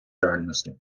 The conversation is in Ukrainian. реальності